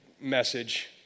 message